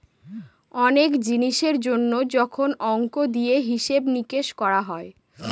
অনেক জিনিসের জন্য যখন অংক দিয়ে হিসাব নিকাশ করা হয়